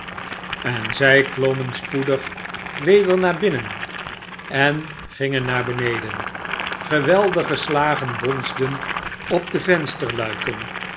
en zij klommen spoedig weder naar binnen en gingen naar beneden geweldige slagen bonsden op de